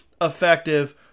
effective